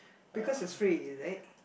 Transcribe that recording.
because is free is it